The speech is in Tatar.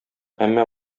әмма